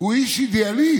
הוא איש אידיאליסט.